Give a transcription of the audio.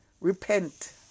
Repent